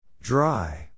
Dry